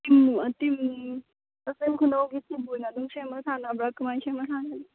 team ꯀꯛꯆꯤꯡ ꯈꯨꯅꯧꯒꯤ team ꯑꯣꯏꯅ ꯑꯗꯨꯝ ꯁꯦꯝꯃꯒ ꯁꯥꯟꯅꯕ꯭ꯔꯥ ꯀꯃꯥꯏꯅ ꯁꯦꯝꯃꯒ ꯁꯥꯟꯅꯒꯦ